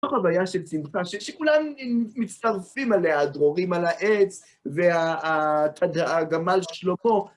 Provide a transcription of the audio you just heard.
מתוך הווייה של שמחה שכולם מצטרפים אליה, הדרורים על העץ והגמל שלמה.